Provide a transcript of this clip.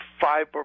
Five